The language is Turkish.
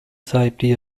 sahipliği